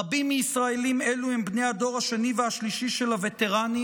רבים מישראלים אלו הם בני הדור השני והשלישי של הווטרנים,